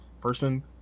person